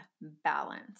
balance